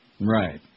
Right